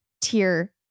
tier